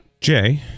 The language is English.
Jay